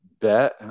bet